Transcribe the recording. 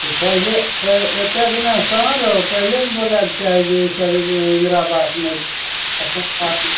पहिले प एत्ते दिना कहाँ रहौ पहिले ने बोलयके चाही ई सब जे इन्दिरा आवास नहि